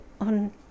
on